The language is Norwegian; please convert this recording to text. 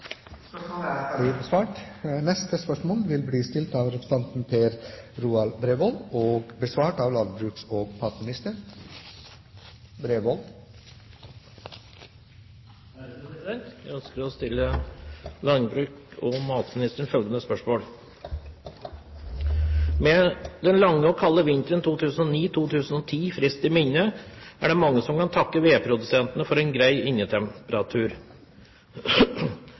Jeg ønsker å stille landbruks- og matministeren følgende spørsmål: «Med den lange og kalde vinteren 2009–2010 friskt i minne er det mange som kan takke vedprodusentene for en grei innetemperatur.